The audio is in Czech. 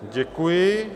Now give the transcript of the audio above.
Děkuji.